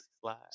slide